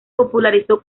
popularizó